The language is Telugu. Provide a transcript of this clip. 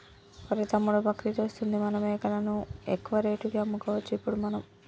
ఒరేయ్ తమ్ముడు బక్రీద్ వస్తుంది మన మేకలను ఎక్కువ రేటుకి అమ్ముకోవచ్చు ఇప్పుడు మనము